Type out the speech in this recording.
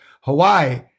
Hawaii